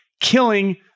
killing